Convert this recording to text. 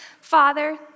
father